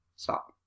Stop